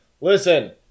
Listen